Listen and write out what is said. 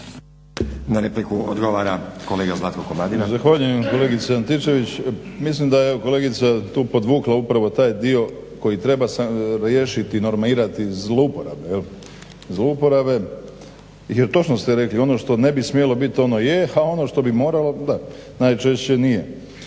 Na repliku odgovara kolega Zlatko Komadina.